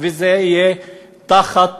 והוא יהיה תחת